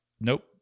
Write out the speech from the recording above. Nope